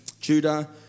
judah